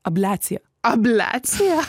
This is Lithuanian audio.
abliacija abliacija